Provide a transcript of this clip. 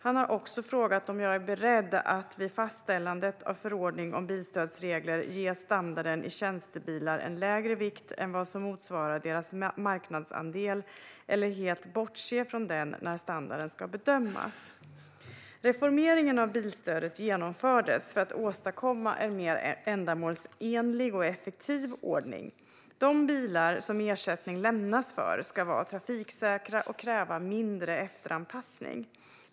Han har också frågat om jag är beredd att vid fastställandet av förordning om bilstödsregler ge standarden i tjänstebilar en lägre vikt än vad som motsvarar deras marknadsandel eller helt bortse från den när standarden ska bedömas. Reformeringen av bilstödet genomfördes för att åstadkomma en mer ändamålsenlig och effektiv ordning. De bilar som ersättning lämnas för ska vara trafiksäkra och kräva mindre efteranpassning.